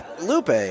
Lupe